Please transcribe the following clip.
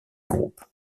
groupe